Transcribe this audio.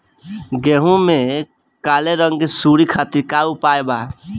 गेहूँ में काले रंग की सूड़ी खातिर का उपाय बा?